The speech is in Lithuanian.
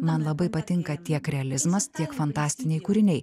man labai patinka tiek realizmas tiek fantastiniai kūriniai